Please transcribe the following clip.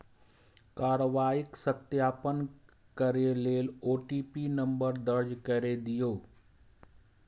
कार्रवाईक सत्यापन करै लेल ओ.टी.पी नंबर दर्ज कैर दियौ